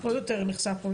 עוד יותר נחשף פה,